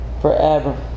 forever